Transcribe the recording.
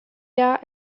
jahr